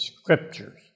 scriptures